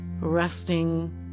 resting